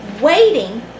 Waiting